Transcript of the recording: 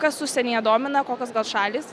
kas užsienyje domina kokios gal šalys